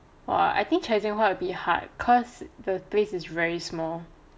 !wah! I think chye seng huat would be hard cause the place is very small